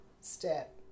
step